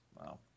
Wow